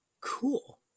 Cool